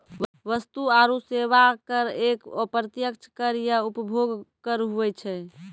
वस्तु आरो सेवा कर एक अप्रत्यक्ष कर या उपभोग कर हुवै छै